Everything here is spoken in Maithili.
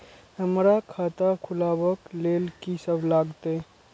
हमरा खाता खुलाबक लेल की सब लागतै?